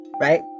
right